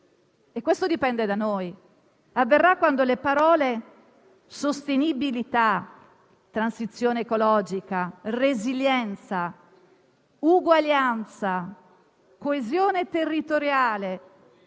avverrà? Dipende da noi. Avverrà quando le parole "sostenibilità", "transizione ecologica", "resilienza", "uguaglianza", "coesione territoriale",